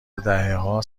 دههها